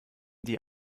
die